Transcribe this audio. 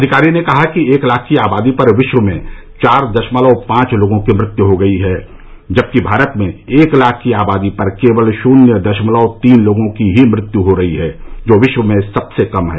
अधिकारी ने कहा कि एक लाख की आबादी पर विश्व में चार दशमलव पांच लोगों की मृत्यु हो रही है जबकि भारत में एक लाख की आबादी पर केवल शून्य दशमलव तीन लोगों की ही मृत्यु हो रही है जो विश्व में सबसे कम है